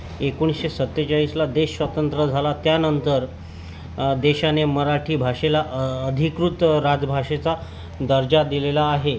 एकोणिसशे सत्तेचाळीसला देश स्वतंत्र झाला त्यानंतर देशाने मराठी भाषेला अधिकृत राजभाषेचा दर्जा दिलेला आहे